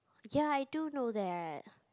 ya I do know that